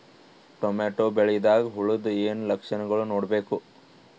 Tomato ಬೆಳಿದಾಗ್ ಹುಳದ ಏನ್ ಲಕ್ಷಣಗಳು ನೋಡ್ಬೇಕು?